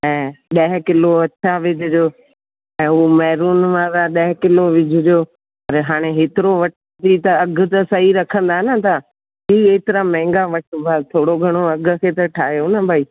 ऐं ॾह किलो अछा विझिजो ऐं उहो मेरुन वारा ॾह किलो विझिजो हाणे हेतिरो वठी त अधु त सही रखंदा न तव्हां ई एतिरा महांगा वठिबा थोरो घणो अघु खे त ठाहियो न भई